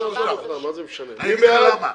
מי בעד?